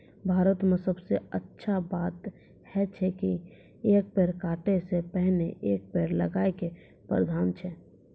भारत मॅ सबसॅ अच्छा बात है छै कि एक पेड़ काटै के पहिने एक पेड़ लगाय के प्रावधान छै